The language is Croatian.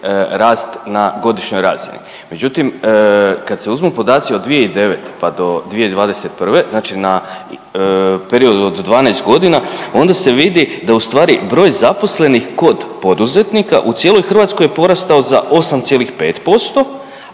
rast na godišnjoj razini. Međutim, kad se uzmu podaci od 2009. pa do 2021., znači na periodu od 12 godina onda se vidi da ustvari broj zaposlenih kod poduzetnika u cijeloj Hrvatskoj je porastao za 8,5%,